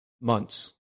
months